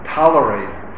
tolerate